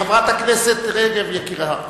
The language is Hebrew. חברת הכנסת רגב, יקירה.